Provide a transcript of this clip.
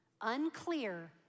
Unclear